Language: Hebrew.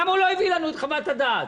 למה הוא לא הביא לנו את חוות הדעת?